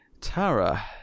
Tara